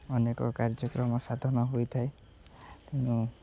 ଅନେକ କାର୍ଯ୍ୟକ୍ରମ ସାଧନା ହୋଇଥାଏ ତେଣୁ